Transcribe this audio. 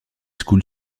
school